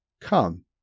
Come